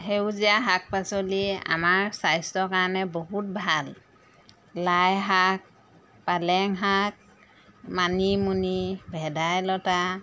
সেউজীয়া শাক পাচলি আমাৰ স্বাস্থ্যৰ কাৰণে বহুত ভাল লাই শাক পালেং শাক মানিমুনি ভেদাইলতা